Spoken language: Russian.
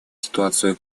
ситуацию